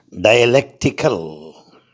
dialectical